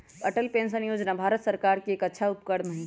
Atal pension योजना भारत सर्कार के अच्छा उपक्रम हई